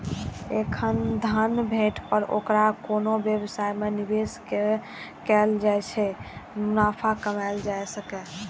एखन धन भेटै पर ओकरा कोनो व्यवसाय मे निवेश कैर के मुनाफा कमाएल जा सकैए